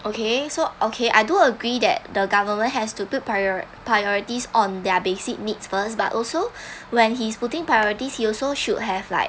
okay so okay I do agree that the government has to put prio~ priorities on their basic needs first but also when he is putting priorities he also should have like